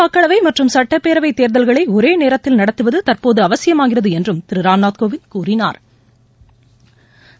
மக்களவை மற்றும் சட்டப்பேரவைத் தேர்தல்களை ஒரே நேரத்தில் நடத்துவது தற்போது அவசியமாகிறது என்றும் திரு ராம்நாத் கோவிந்த் கூறினாா்